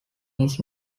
his